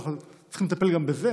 ואנחנו צריכים לטפל גם בזה,